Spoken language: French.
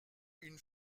une